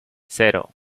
cero